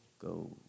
go